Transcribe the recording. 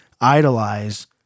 idolize